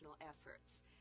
efforts